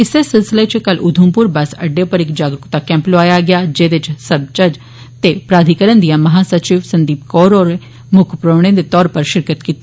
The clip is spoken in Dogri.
इस्सै सिलसिले च कल उधमपुर बस अड्डे पर इक जागरुकता कैंप लोआया गेया जेदे च सब जज ते प्राधिकरण दियां महा सचिव संदीप कौर होरें मुक्ख परौहने दे तौर पर शिरकत कीती